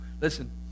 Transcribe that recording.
Listen